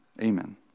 Amen